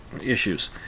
issues